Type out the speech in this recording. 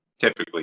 typically